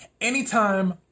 Anytime